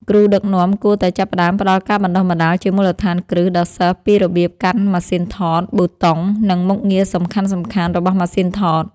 គ្រូដឹកនាំគួរតែចាប់ផ្ដើមផ្ដល់ការបណ្ដុះបណ្ដាលជាមូលដ្ឋានគ្រឹះដល់សិស្សពីរបៀបកាន់ម៉ាសុីនថត ប៊ូតុង និងមុខងារសំខាន់ៗរបស់ម៉ាសុីនថត។